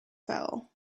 fell